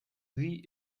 sie